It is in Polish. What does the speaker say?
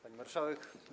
Pani Marszałek!